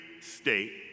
state